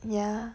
ya